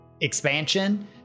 expansion